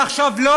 מעכשיו לא.